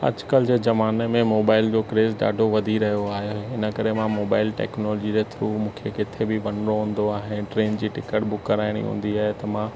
अॼुकल्ह जे ज़माने में मोबाइल जो क्रेज ॾाढो वधी रहियो आहे हिन करे मां मोबाइल टैक्नोलॉजी जे थ्रू मूंखे किथे बि वञिणो हूंदो आहे ट्रेन जी टिकट बुक कराइणी हूंदी आहे त मां